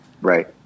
Right